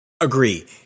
Agree